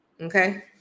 Okay